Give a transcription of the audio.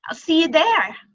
ah see you there.